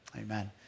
Amen